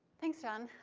thanks, john.